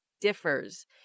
differs